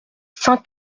saint